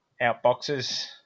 outboxes